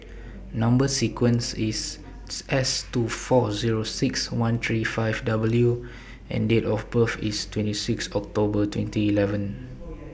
Number sequence IS S two four Zero six one three five W and Date of birth IS twenty six October twenty eleven